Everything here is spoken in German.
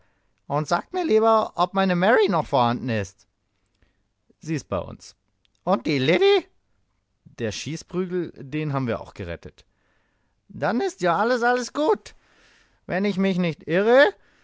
und sagt mir lieber ob meine mary noch vorhanden ist sie ist bei uns und die liddy der schießprügel den haben wir auch gerettet dann ist ja alles alles gut wenn ich mich nicht irre